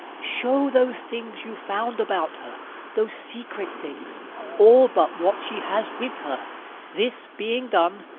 show those things you found about her those secret things all but what she has with her this being done,